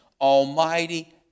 Almighty